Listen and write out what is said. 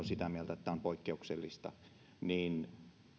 sitä mieltä että tämä on poikkeuksellista